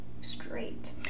straight